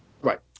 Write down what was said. Right